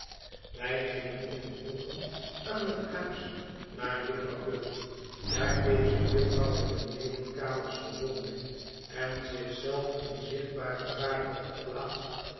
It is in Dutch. wij gingen en vroegen aan het huis naar jufvrouw guppy daar deze jufvrouw de benedenkamers bewoonde en zich zelf in zichtbaar gevaar had geplaatst